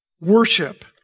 Worship